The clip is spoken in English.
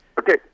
Okay